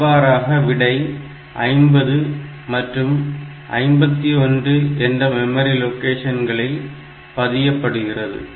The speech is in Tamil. இவ்வாறாக விடை 50 மற்றும் 51 என்ற மெமரி லொகேஷன்களில் பதியப்படுகிறது